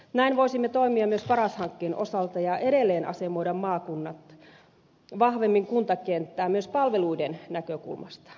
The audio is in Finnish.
näin voisimme toimia myös paras hankkeen osalta ja edelleen asemoida maakunnat vahvemmin kuntakenttään myös palveluiden näkökulmasta